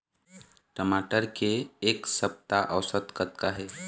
टमाटर के एक सप्ता औसत कतका हे?